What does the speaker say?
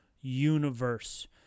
universe